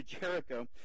Jericho